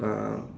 um